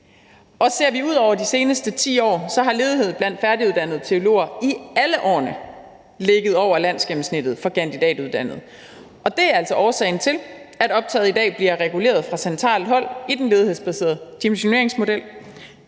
Og ser vi ud over de seneste 10 år, har ledigheden blandt færdiguddannede teologer i alle årene ligget over landsgennemsnittet for kandidatuddannede, og det er altså årsagen til, at optaget i dag bliver reguleret fra centralt hold i den ledighedsbaserede dimensioneringsmodel.